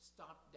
Stop